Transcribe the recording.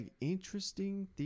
interesting